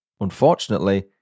Unfortunately